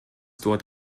dort